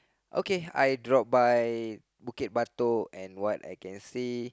okay I drop by Bukit-Batok and what I can see